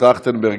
טרכטנברג,